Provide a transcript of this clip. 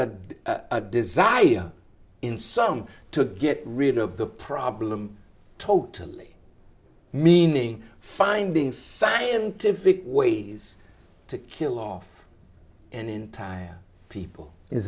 is a desire in some to get rid of the problem totally meaning finding scientific ways to kill off an entire people is